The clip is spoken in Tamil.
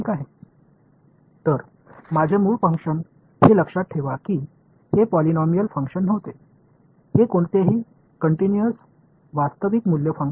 எனவே என் அசல் ஃபங்ஷன் f என்பது ஒரு பாலினாமியல் ஃபங்ஷன் அல்ல என்பதை நினைவில் கொள்ளுங்கள் இது தொடர்ச்சியான உண்மையான மதிப்புமிக்க ஃபங்ஷன்